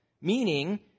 Meaning